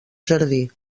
jardí